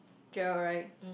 Gerald right